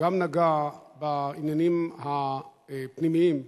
הוא נגע בעניינים הפנימיים.